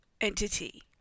entity